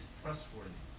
trustworthy